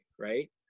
right